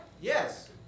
Yes